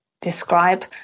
describe